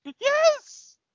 Yes